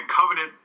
Covenant